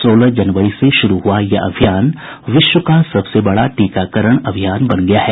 सोलह जनवरी से शुरू यह अभियान विश्व का सबसे बडा टीकाकरण अभियान बन गया है